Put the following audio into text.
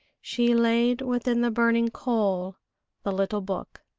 she laid within the burning coal the little book.